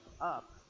up